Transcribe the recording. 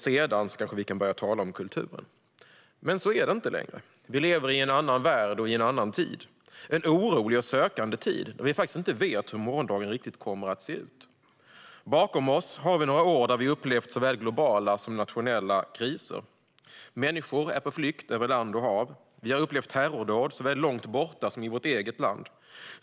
Sedan kan vi kanske börja tala om kulturen. Men så är det inte längre. Vi lever i en annan värld och en annan tid - en orolig och sökande tid, där vi faktiskt inte vet riktigt hur morgondagen kommer att se ut. Bakom oss har vi några år där vi upplevt såväl globala som nationella kriser. Människor är på flykt över land och hav. Vi har upplevt terrordåd, såväl långt borta som i vårt eget land.